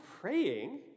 praying